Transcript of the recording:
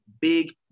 big